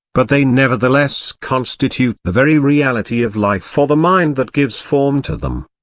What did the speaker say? but they nevertheless constitute the very reality of life for the mind that gives form to them.